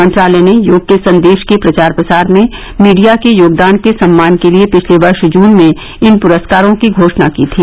मंत्रालय ने योग के संदेश के प्रचार प्रसार में मीडिया के योगदान के सम्मान के लिए पिछले वर्ष जून में इन पुरस्कारों की घोषणा की थी